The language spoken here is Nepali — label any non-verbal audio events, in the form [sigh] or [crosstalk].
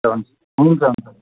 [unintelligible] हुन्छ हुन्छ